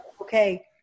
okay